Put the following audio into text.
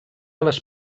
les